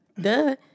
duh